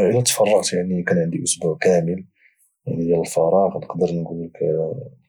الا تفرغت يعني كان عندي اسبوع كامل نقدر نقول ديال الفراغ يعني نقدر نقول لك